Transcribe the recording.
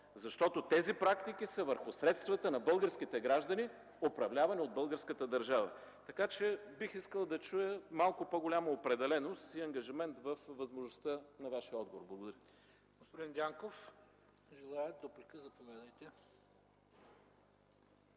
Защото тези практики са върху средствата на българските граждани, управлявани от българската държава. Така че бих искал да чуя малко по-голяма определеност и ангажимент във възможността на Вашия отговор. Благодаря. ПРЕДСЕДАТЕЛ ХРИСТО БИСЕРОВ: Заповядайте